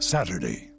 Saturday